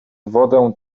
wodę